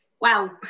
Wow